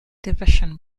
division